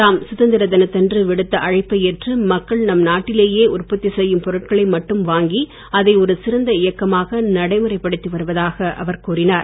தாம் சுதந்திர தினத்தன்று விடுத்த அழைப்பை ஏற்று மக்கள் நம் நாட்டிலேயே உற்பத்தி செய்யும் பொருட்களை மட்டும் வாங்கி அதை ஒரு சிறந்த இயக்கமாக நடைமுறைப்படுத்தி வருவதாக அவர் கூறினார்